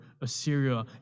Assyria